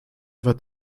wird